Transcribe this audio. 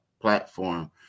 platform